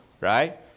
right